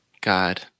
God